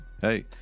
Hey